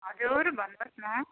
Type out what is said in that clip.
हजुर भन्नुहोस् न